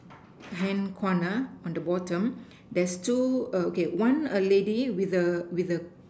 hand corner on the bottom there's two err okay one lady with a with a